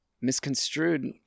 misconstrued